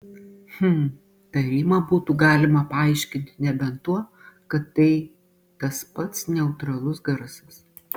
hm tarimą būtų galima paaiškinti nebent tuo kad tai tas pats neutralus garsas